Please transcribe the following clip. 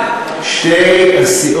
הלוואי שהייתם מרצ מבחינה כלכלית.